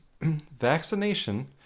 Vaccination